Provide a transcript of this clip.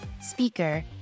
speaker